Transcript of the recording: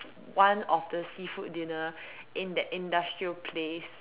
one of the seafood dinner in that industrial place